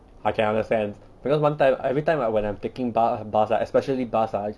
I can understand because [one] time everytime I when I'm taking b~ bus especially bus ah